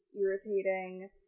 irritating